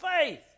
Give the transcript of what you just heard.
faith